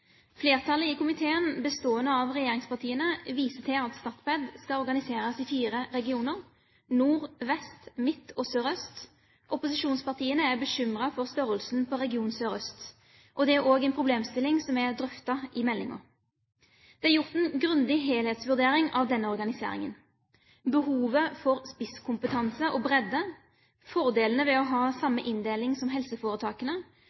Flertallet i komiteen, bestående av regjeringspartiene, viser til at Statped skal organiseres i fire regioner: Nord, Vest, Midt og Sørøst. Opposisjonspartiene er bekymret for størrelsen på region Sørøst. Dette er også en problemstilling som er drøftet i meldingen. Det er gjort en grundig helhetsvurdering av denne organiseringen. Behovet for spisskompetanse og bredde, fordelene ved å ha